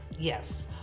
Yes